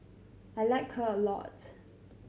I like her a lots